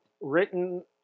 written